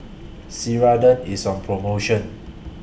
Ceradan IS on promotion